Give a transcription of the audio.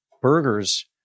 burgers